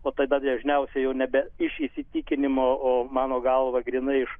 o tada dažniausiai jau nebe iš įsitikinimo o mano galva grynai iš